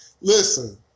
Listen